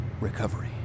recovery